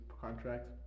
contract